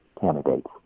candidates